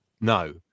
No